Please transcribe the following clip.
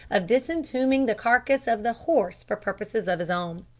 of disentombing the carcase of the horse for purposes of his own.